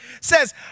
says